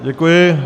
Děkuji.